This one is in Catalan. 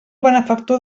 benefactor